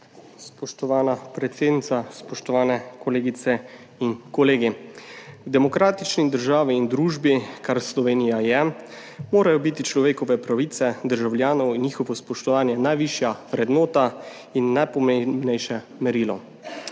Spoštovana predsednica, spoštovane kolegice in kolegi! V demokratični državi in družbi, kar Slovenija je, morajo biti človekove pravice državljanov in njihovo spoštovanje najvišja vrednota in najpomembnejše merilo.